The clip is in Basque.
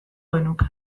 genuke